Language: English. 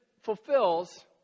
fulfills